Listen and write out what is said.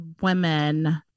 women